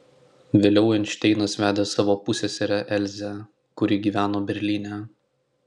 vėliau einšteinas vedė savo pusseserę elzę kuri gyveno berlyne